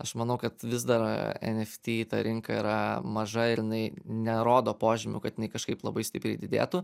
aš manau kad vis dar eft ta rinka yra maža ir jinai nerodo požymių kad jinai kažkaip labai stipriai didėtų